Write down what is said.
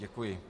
Děkuji.